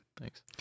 Thanks